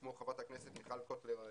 כמו חברת הכנסת מיכל קוטלר וונש,